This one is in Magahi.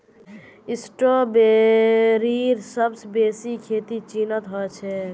स्ट्रॉबेरीर सबस बेसी खेती चीनत ह छेक